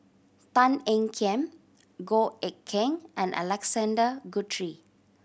Tan Ean Kiam Goh Eck Kheng and Alexander Guthrie